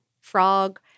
frog